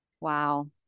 Wow